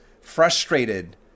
frustrated